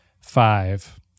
five